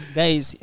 guys